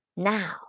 Now